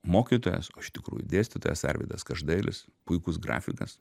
mokytojas o iš tikrųjų dėstytojas arvydas každailis puikus grafikas